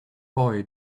boy